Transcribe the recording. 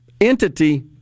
entity